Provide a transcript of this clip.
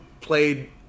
played